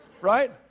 right